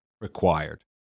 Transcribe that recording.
required